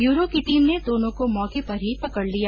bureau की team ने दोनों को मौके पर ही पकड़ लिया